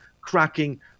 cracking